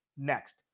next